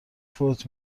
فوت